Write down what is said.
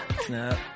Snap